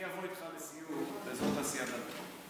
אני אבוא איתך לסיור באזור התעשייה דלתון.